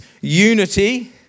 unity